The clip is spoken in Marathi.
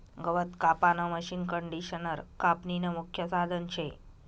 गवत कापानं मशीनकंडिशनर कापनीनं मुख्य साधन शे